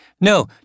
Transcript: No